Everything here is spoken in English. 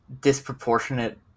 disproportionate